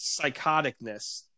psychoticness